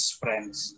friends